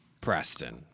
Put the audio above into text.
Preston